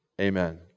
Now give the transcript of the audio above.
Amen